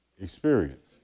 experience